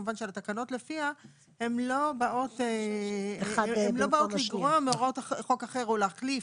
כלומר שהתקנות לפיה הן לא באות לגרוע מהוראות חוק אחר או להחליף